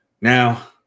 now